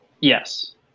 Yes